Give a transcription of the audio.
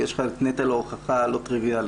כי יש לך את נטל ההוכחה הלא טריוויאלי